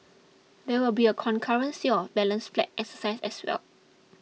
there will be a concurrent sale balance flats exercise as well